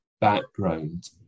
background